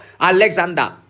alexander